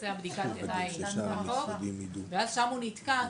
מבצע בדיקת עיניים כחוק ואז שם הוא נתקע,